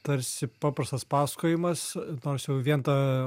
tarsi paprastas pasakojimas nors jau vien ta